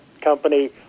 company